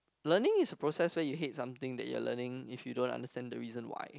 learning is a process where you hate something that you are learning if you don't understand the reason why